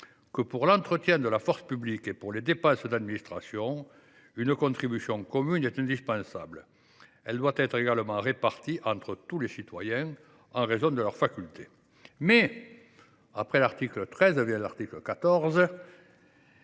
que, « pour l’entretien de la force publique, et pour les dépenses d’administration, une contribution commune est indispensable : elle doit être également répartie entre tous les citoyens, en raison de leurs facultés ». Mais l’article XIV de cette